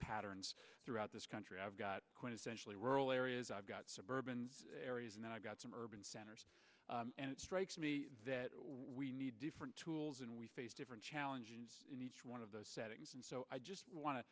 patterns throughout this country i've got quintessentially rural areas i've got suburban areas and i've got some urban centers and it strikes me that we need different tools and we face different challenges in each one of those settings and so i just want to